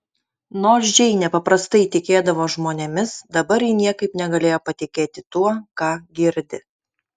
nors džeinė paprastai tikėdavo žmonėmis dabar ji niekaip negalėjo patikėti tuo ką girdi